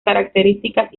características